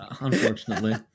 Unfortunately